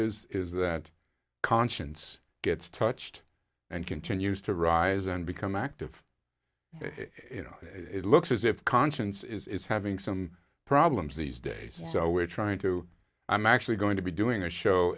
that that conscience gets touched and continues to rise and become active it looks as if conscience is having some problems these days so we're trying to i'm actually going to be doing a show